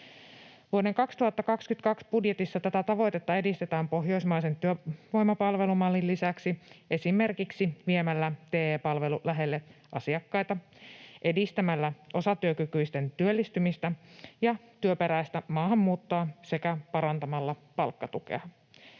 Vuoden 2022 budjetissa tätä tavoitetta edistetään pohjoismaisen työvoimapalvelumallin lisäksi esimerkiksi viemällä TE-palvelu lähelle asiakkaita, edistämällä osatyökykyisten työllistymistä ja työperäistä maahanmuuttoa sekä parantamalla palkkatukea.